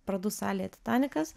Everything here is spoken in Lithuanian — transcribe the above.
parodų salėje titanikas